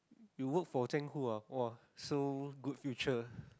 you work for Zheng-Hu ah !wah! so good future